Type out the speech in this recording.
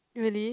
really